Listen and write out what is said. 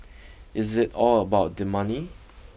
is it all about the money